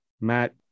matt